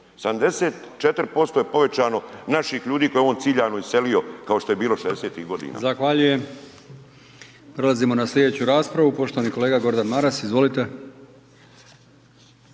74% je povećano naših ljudi koji je on ciljano iselio kao što je bilo 60-ih godina.